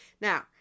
Now